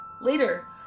Later